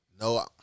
No